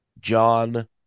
John